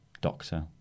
doctor